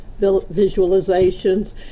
visualizations